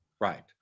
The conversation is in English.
Right